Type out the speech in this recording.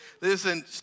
Listen